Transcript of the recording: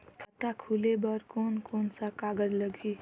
खाता खुले बार कोन कोन सा कागज़ लगही?